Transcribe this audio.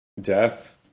death